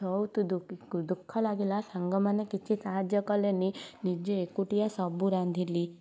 ବହୁତ ଦୁ ଦୁଃଖ ଲାଗିଲା ସାଙ୍ଗମାନେ କିଛି ସାହାଯ୍ୟ କଲେନି ନିଜେ ଏକୁଟିଆ ସବୁ ରାନ୍ଧିଲି